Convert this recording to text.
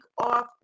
off